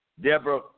Deborah